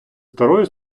старою